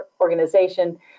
organization